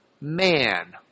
man